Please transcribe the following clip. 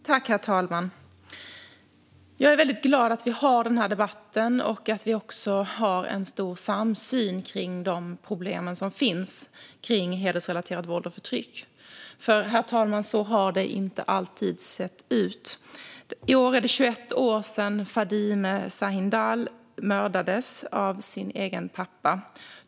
Herr talman! Jag är väldigt glad att vi har den här debatten och att vi har stor samsyn när det gäller de problem som finns rörande hedersrelaterat våld och förtryck, för så har det inte alltid sett ut. I år är det 21 år sedan Fadime Sahindal mördades av sin egen pappa.